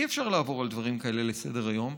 אי-אפשר לעבור על דברים כאלה לסדר-יום.